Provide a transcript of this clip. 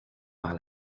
par